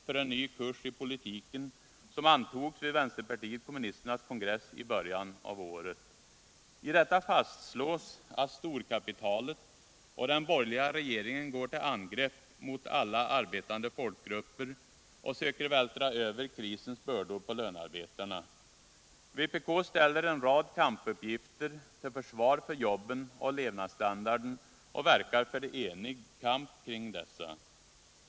För en ny kurs i politiken!” som antogs vid vänsterpartiet kommunisternas kongress i början av året. I detta fastslås att storkapitalet och den borgerliga regeringen går till angrepp mot alla arbetande folkgrupper och söker vältra över krisens bördor på lönarbetarna. Vpk ställer en rad kampuppgifter till försvar för jobben och levnadsstandarden och verkar för enig kamp kring dessa.